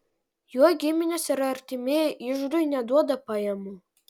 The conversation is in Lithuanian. jo giminės ir artimieji iždui neduoda pajamų